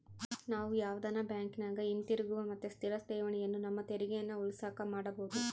ನಾವು ಯಾವುದನ ಬ್ಯಾಂಕಿನಗ ಹಿತಿರುಗುವ ಮತ್ತೆ ಸ್ಥಿರ ಠೇವಣಿಯನ್ನ ನಮ್ಮ ತೆರಿಗೆಯನ್ನ ಉಳಿಸಕ ಮಾಡಬೊದು